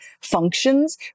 functions